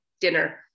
dinner